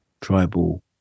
tribal